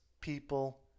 people